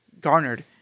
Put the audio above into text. garnered